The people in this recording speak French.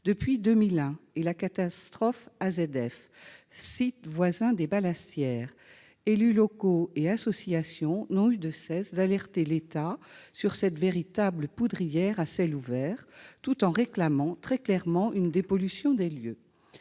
Depuis 2001 et la catastrophe de l'usine AZF, site voisin des ballastières, élus locaux et associations n'ont cessé d'alerter l'État sur cette véritable « poudrière » à ciel ouvert, tout en réclamant très clairement une dépollution des lieux.